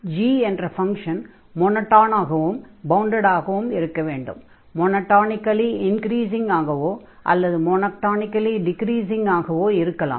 g என்ற function மோனோடோனாகவும் bounded ஆகவும் இருக்க வேண்டும் மொனொடானிகலி இன்க்ரீஸிங்காகவோ அல்லது மொனொடானிகலி டிக்ரீஸிங்காகவோ இருக்கலாம்